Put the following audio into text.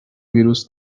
ویروس